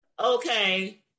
okay